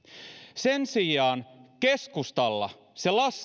sen sijaan keskustalla se laski